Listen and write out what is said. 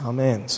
Amen